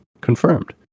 confirmed